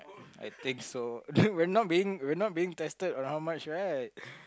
I think so we're not being we're not being tested on how much right